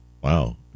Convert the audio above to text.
Wow